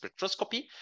spectroscopy